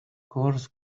coarse